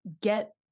get